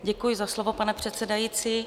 Děkuji za slovo, pane předsedající.